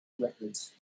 records